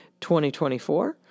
2024